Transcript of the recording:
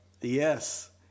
Yes